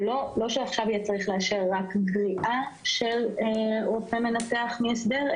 לא שעכשיו יהיה צריך לאשר רק גריעה של רופא מנתח מהסדר,